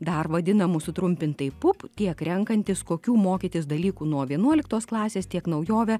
dar vadinamų sutrumpintai pup tiek renkantis kokių mokytis dalykų nuo vienuoliktos klasės tiek naujovę